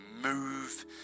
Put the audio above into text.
move